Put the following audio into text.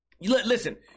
Listen